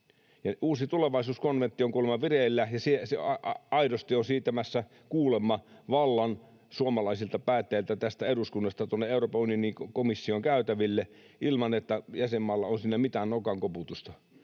Uusi tulevaisuuskonventti on kuulemma vireillä, ja se aidosti on siirtämässä — kuulemma — vallan suomalaisilta päättäjiltä tästä eduskunnasta Euroopan unionin komission käytäville, ilman että jäsenmailla on siinä mitään nokan koputusta.